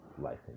life